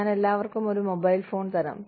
ഞാൻ എല്ലാവർക്കും ഒരു മൊബൈൽ ഫോൺ തരാം